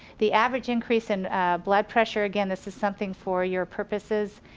the average increase in blood pressure again this is something for your purposes,